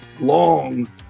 Long